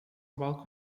ball